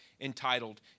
entitled